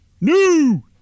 new